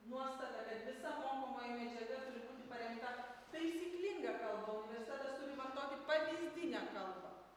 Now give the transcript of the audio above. nuostata kad visa mokomaji medžiaga turi būti parengta taisyklinga kalba universitetas turi vartoti pavyzdinę kalbą